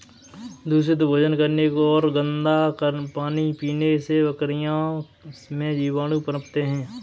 दूषित भोजन करने और गंदा पानी पीने से बकरियों में जीवाणु पनपते हैं